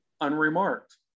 unremarked